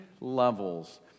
levels